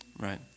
Right